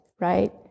Right